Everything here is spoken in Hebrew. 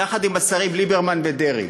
יחד עם השרים ליברמן ודרעי